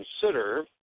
consider